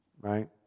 right